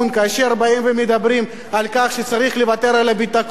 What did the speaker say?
כאשר באים ומדברים על כך שצריך לוותר על הביטחון